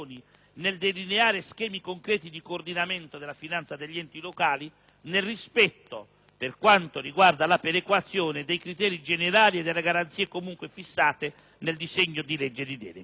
nel delineare schemi concreti di coordinamento della finanza degli enti locali, nel rispetto - per quanto riguarda la perequazione - dei criteri generali e delle garanzie comunque fissate nel disegno di legge di delega.